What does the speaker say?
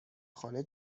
خانه